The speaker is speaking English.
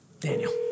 Daniel